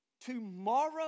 Tomorrow